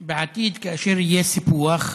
בעתיד, כאשר יהיה סיפוח,